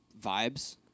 vibes